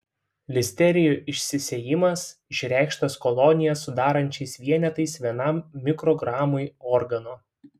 listerijų išsisėjimas išreikštas kolonijas sudarančiais vienetais vienam mikrogramui organo